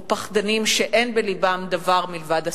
או פחדנים שאין בלבם דבר מלבד השנאה.